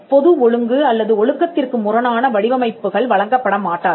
பொது ஒழுங்கு அல்லது ஒழுக்கத்திற்கு முரணான வடிவமைப்புகள் வழங்கப்படமாட்டாது